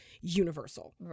universal